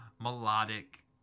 melodic